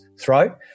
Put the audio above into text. throat